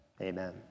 amen